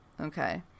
okay